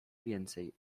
więcej